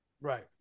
Right